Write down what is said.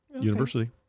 University